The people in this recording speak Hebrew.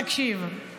תקשיב,